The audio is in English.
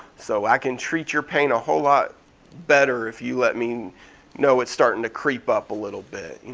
so i can treat your pain a whole lot better if you let me know it's starting to creep up a little bit.